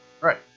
Right